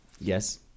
Yes